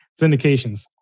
Syndications